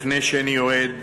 לפני שאני יורד,